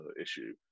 issue